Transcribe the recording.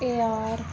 ar